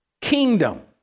kingdom